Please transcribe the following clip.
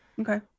okay